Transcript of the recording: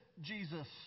Jesus